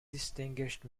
distinguished